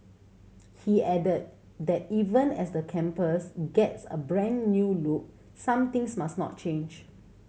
he added that even as the campus gets a brand new look some things must not change